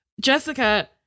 Jessica